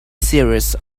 series